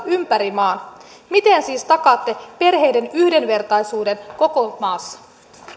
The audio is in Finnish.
ympäri maan miten siis takaatte perheiden yhdenvertaisuuden koko maassa